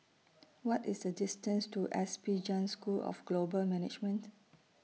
What IS The distance to S P Jain School of Global Management